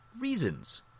reasons